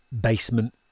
basement